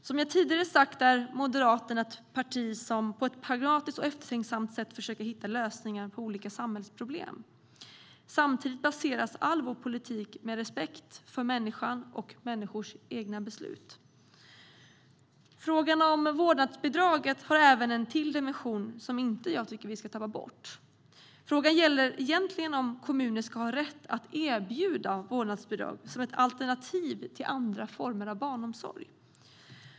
Som jag tidigare har sagt är Moderaterna ett parti som på ett pragmatiskt och eftertänksamt sätt försöker hitta lösningar på olika samhällsproblem. Samtidigt baseras all vår politik på respekt för människan och människors egna beslut. Frågan om vårdnadsbidraget har även en till dimension som jag tycker att vi inte ska tappa bort. Frågan gäller egentligen om kommuner ska ha rätt att erbjuda vårdnadsbidrag som ett alternativ till andra former av barnomsorg.